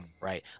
Right